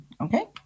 okay